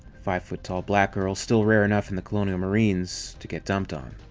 five-foot-tall black girls still rare enough in the colonial marines to get dumped on.